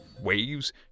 Waves